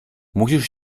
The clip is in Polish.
musisz